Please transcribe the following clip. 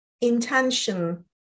intention